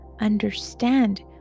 understand